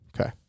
Okay